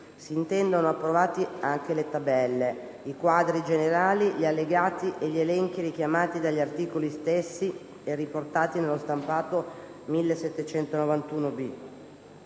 si intendono approvati anche le tabelle, i quadri generali, gli allegati e gli elenchi richiamati dagli articoli stessi e riportati nello stampato 1791-B